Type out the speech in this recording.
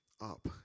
up